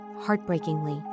heartbreakingly